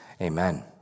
Amen